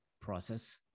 process